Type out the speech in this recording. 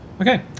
okay